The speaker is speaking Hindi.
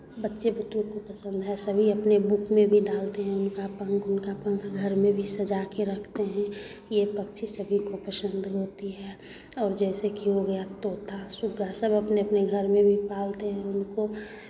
बच्चे बुतरू को पसंद है सभी अपने बुक में भी डालते हैं उनका पंख उनका पंख घर में भी सजाके रखते हैं ये पक्षी सभी को पसंद होती है और जैसे कि हो गया तोता सुग्गा सब अपने अपने घर में भी पालते हैं उनको